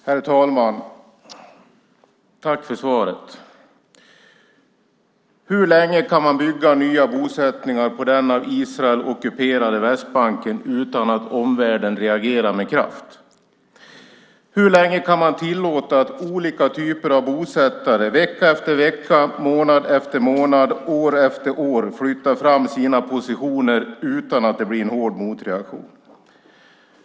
Herr talman! Jag tackar för svaret. Hur länge kan man bygga nya bosättningar på den av Israel ockuperade Västbanken utan att omvärlden reagerar med kraft? Hur länge kan man tillåta att olika typer av bosättare vecka efter vecka, månad efter månad, år efter år flyttar fram sina positioner utan att det blir en hård motreaktion?